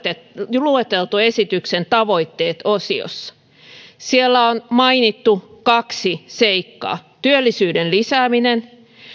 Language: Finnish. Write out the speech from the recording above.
on lueteltu esityksen tavoitteet osiossa siellä on mainittu kaksi seikkaa työllisyyden lisääminen